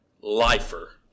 lifer